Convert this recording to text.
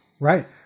Right